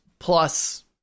plus